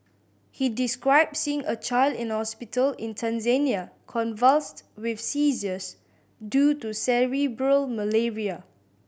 he described seeing a child in a hospital in Tanzania convulsed with seizures due to cerebral malaria